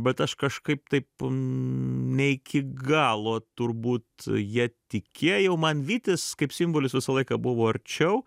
bet aš kažkaip taip ne iki galo turbūt ja tikėjau man vytis kaip simbolis visą laiką buvo arčiau